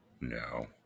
No